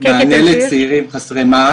עם העלאת הביטחון האישי, תבוא גם התחושה,